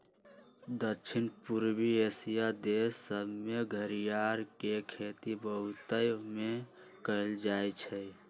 दक्षिण पूर्वी एशिया देश सभमें घरियार के खेती बहुतायत में कएल जाइ छइ